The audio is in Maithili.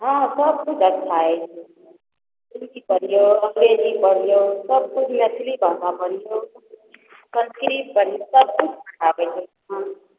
हँ सबकिछु अच्छा हइ छै हिन्दी पढ़ियौ अंग्रेजी पढ़ियौ सबकिछु मैथिली भाषा पढ़ियौ संस्कृत पढ़ियौ सबकिछु पढ़ाबय हइ हँ